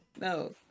No